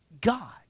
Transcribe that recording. God